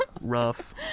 Rough